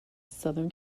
southern